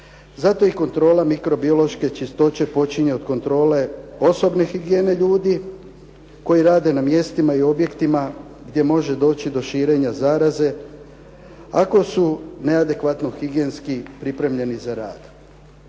Zatim, kontrola mikrobiološke čistoće počinje od kontrole osobne higijene ljudi koji rade na mjestima i objektima gdje može doći do širenja zaraze, ako su neadekvatno higijenski pripremljeni za rad.